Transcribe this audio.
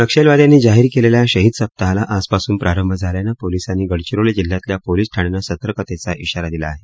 नक्षलवाद्यांनी जाहीर केलेल्या शहीद सप्ताहाला आजपासून प्रारंभ झाल्यानं पोलिसांनी गडचिरोली जिल्ह्यातल्या पोलिस ठाण्यांना सतर्कतेचा इशारा दिला आहे